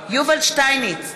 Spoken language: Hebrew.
יובל שטייניץ,